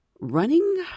running